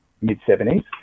mid-70s